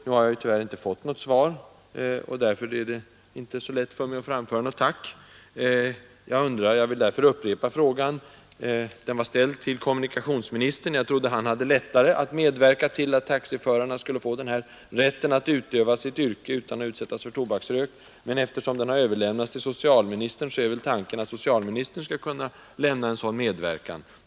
Nu har jag tyvärr inte fått något svar, och då är det inte så lätt för mig att framföra något tack. Jag vill därför upprepa frågan. Den var ställd till kommunikationsministern. Jag trodde att han hade lättare att medverka till att taxiförarna skulle få rätten att utöva sitt yrke utan att utsättas för tobaksrök. Men eftersom frågan har överlämnats till socialministern är väl tanken att han skall kunna medverka till detta.